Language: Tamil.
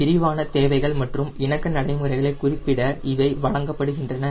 விரிவான தேவைகள் மற்றும் இணக்க நடைமுறைகளை குறிப்பிட இவைகள் வழங்கப்படுகின்றன